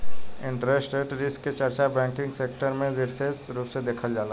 interest rate risk के चर्चा banking sector में बिसेस रूप से देखल जाला